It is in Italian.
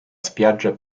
spiaggia